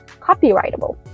copyrightable